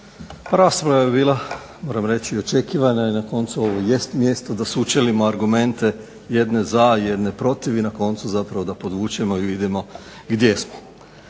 Rasprava je bila moram reći očekivana. I na koncu ovo jest mjesto sa sučelimo argumente, jedne za, jedne protiv i na koncu zapravo da podvučemo i vidimo gdje smo.